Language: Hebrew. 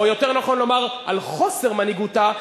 או יותר נכון לומר על חוסר מנהיגותה,